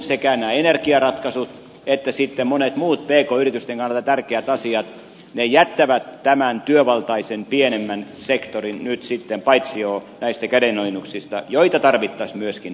sekä nämä energiaratkaisut että sitten monet muut pk yritysten kannalta tärkeät asiat jättävät tämän työvaltaisen pienemmän sektorin nyt sitten paitsioon näistä kädenojennuksista joita tarvittaisiin myöskin siellä